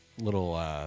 little